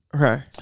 Okay